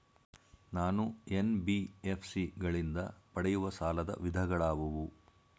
ನಾನು ಎನ್.ಬಿ.ಎಫ್.ಸಿ ಗಳಿಂದ ಪಡೆಯುವ ಸಾಲದ ವಿಧಗಳಾವುವು?